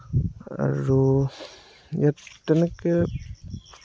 আৰু ইয়াত তেনেকে